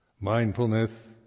Mindfulness